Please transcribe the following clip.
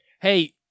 hey